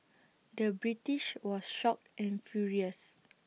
the British was shocked and furious